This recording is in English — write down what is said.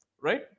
right